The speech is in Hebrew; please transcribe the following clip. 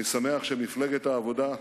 אני שמח שמפלגת העבודה,